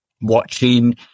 watching